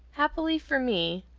happily for me,